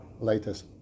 latest